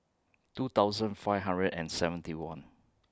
two thousand five hundred and seventy one